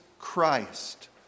Christ